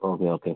okay okay